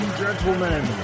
gentlemen